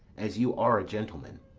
as you are a gentleman.